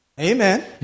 Amen